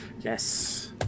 Yes